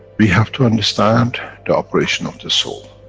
we have to understand the operation of the soul.